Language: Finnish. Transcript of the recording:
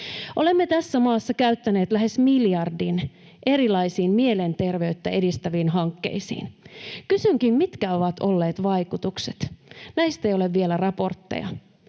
Olemme tässä maassa käyttäneet lähes miljardin erilaisiin mielenterveyttä edistäviin hankkeisiin. Kysynkin: mitkä ovat olleet vaikutukset? Näistä ei ole vielä raportteja.